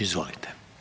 Izvolite.